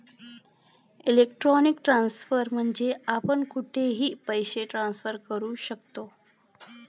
electronic transfer म्हणजे आपण कुठेही पैसे ट्रान्सफर करू शकतो